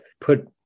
put